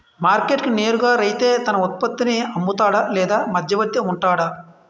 Market కి నేరుగా రైతే తన ఉత్పత్తి నీ అమ్ముతాడ లేక మధ్యవర్తి వుంటాడా?